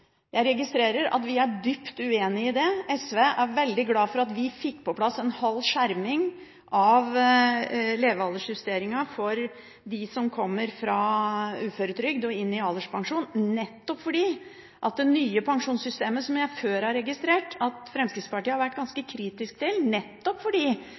Jeg registrerer at vi er dypt uenige i det. SV er veldig glad for at vi fikk på plass en halv skjerming av levealdersjusteringen for de som kommer fra uføretrygd og inn i alderspensjon, nettopp fordi det nye pensjonssystemet, med levealdersjusteringen, som jeg før har registrert at Fremskrittspartiet har vært